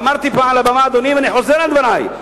אמרתי על הבמה, אדוני, ואני חוזר על דברי: